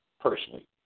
personally